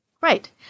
Right